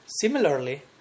similarly